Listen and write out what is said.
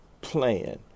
plan